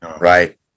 right